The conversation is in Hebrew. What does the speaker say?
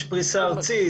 יש פריסה ארצית,